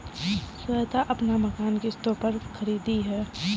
श्वेता अपना मकान किश्तों पर खरीदी है